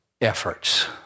efforts